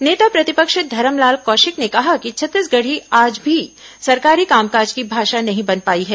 नेता प्रतिपक्ष धरमलाल कौशिक ने कहा कि छत्तीसगढ़ी आज भी सरकारी कामकाज की भाषा नहीं बन पाई है